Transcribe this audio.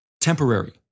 temporary